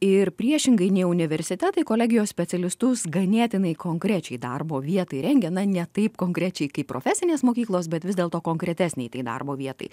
ir priešingai nei universitetai kolegijos specialistus ganėtinai konkrečiai darbo vietai rengia na ne taip konkrečiai kaip profesinės mokyklos bet vis dėlto konkretesnei tai darbo vietai